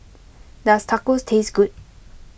does Tacos taste good